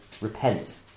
Repent